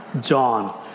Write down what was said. John